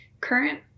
current